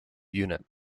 unit